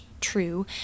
true